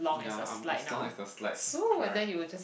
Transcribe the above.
ya I'm as long as the slides alright